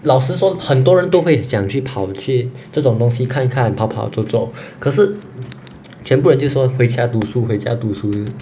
老实说很多人都会想去跑去这种东西看看跑跑走走可是全部人就说回家读书回家读书